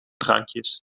drankjes